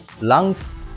lungs